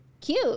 Cute